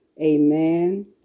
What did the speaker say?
Amen